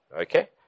Okay